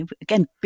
again